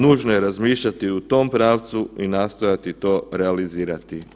Nužno je razmišljati u tom pravcu i nastojati to realizirati.